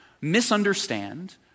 misunderstand